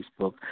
Facebook